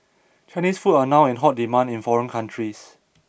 Chinese food are now in hot demand in foreign cities